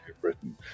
Britain